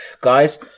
Guys